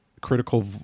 critical